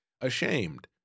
ashamed